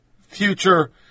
future